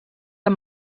amb